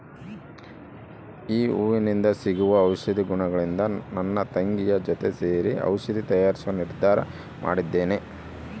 ಈ ಹೂವಿಂದ ಸಿಗುವ ಔಷಧಿ ಗುಣಗಳಿಂದ ನನ್ನ ತಂಗಿಯ ಜೊತೆ ಸೇರಿ ಔಷಧಿ ತಯಾರಿಸುವ ನಿರ್ಧಾರ ಮಾಡಿದ್ದೇನೆ